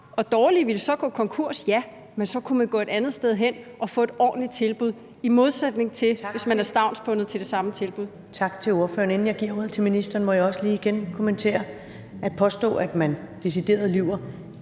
de dårlige tilbud ville så gå konkurs. Ja, men så kunne man gå et andet sted hen og få et ordentligt tilbud, i modsætning til hvis man er stavnsbundet til det samme tilbud. Kl. 15:30 Første næstformand (Karen Ellemann): Tak til ordføreren. Inden jeg giver ordet til ministeren, må jeg også lige igen kommentere noget. At påstå, at man decideret lyver,